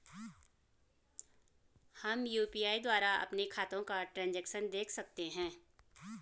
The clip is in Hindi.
हम यु.पी.आई द्वारा अपने खातों का ट्रैन्ज़ैक्शन देख सकते हैं?